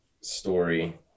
story